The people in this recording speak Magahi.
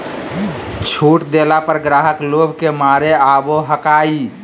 छुट देला पर ग्राहक लोभ के मारे आवो हकाई